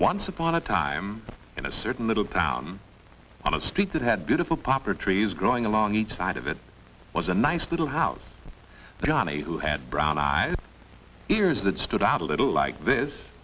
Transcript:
once upon a time in a certain little town on a street that had beautiful proper trees growing along each side of it was a nice little house johnny who had brown eyes ears that stood out a little like this